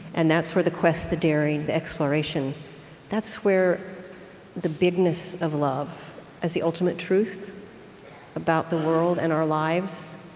and that's where the quest, the daring, the exploration that's where the bigness of love as the ultimate truth about the world and our lives